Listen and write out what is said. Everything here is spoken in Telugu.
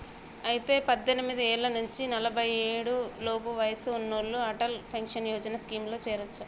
అయితే పద్దెనిమిది ఏళ్ల నుంచి నలఫై ఏడు లోపు వయసు ఉన్నోళ్లు అటల్ పెన్షన్ యోజన స్కీమ్ లో చేరొచ్చు